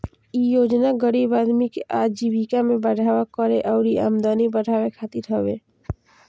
इ योजना गरीब आदमी के आजीविका में बढ़ावा करे अउरी आमदनी बढ़ावे खातिर हवे